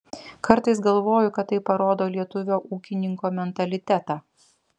kartais galvoju kad tai parodo lietuvio ūkininko mentalitetą